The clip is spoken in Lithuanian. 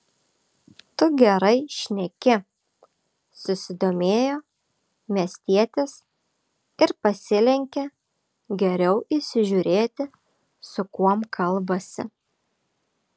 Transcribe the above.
tu gerai šneki susidomėjo miestietis ir pasilenkė geriau įsižiūrėti su kuom kalbasi